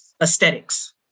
aesthetics